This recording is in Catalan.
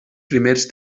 primers